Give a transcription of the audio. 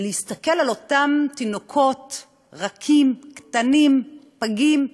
ולהסתכל על אותם תינוקות רכים, קטנים, פגים,